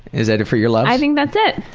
is that it for your loves? i think that's it.